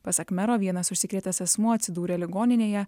pasak mero vienas užsikrėtęs asmuo atsidūrė ligoninėje